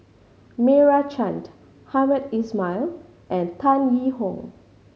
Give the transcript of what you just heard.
Meira Chand Hamed Ismail and Tan Yee Hong